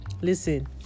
listen